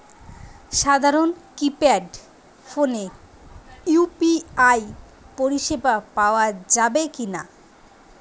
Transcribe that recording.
সাধারণ কিপেড ফোনে ইউ.পি.আই পরিসেবা পাওয়া যাবে কিনা?